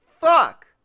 Fuck